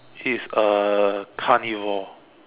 is a carnivore